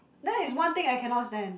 that is one thing I cannot stand